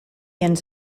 ens